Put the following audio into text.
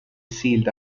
sealed